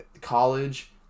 college